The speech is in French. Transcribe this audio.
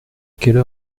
quelle